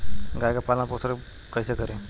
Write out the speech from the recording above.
गाय के पालन पोषण पोषण कैसे करी?